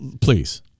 please